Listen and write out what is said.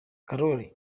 karoli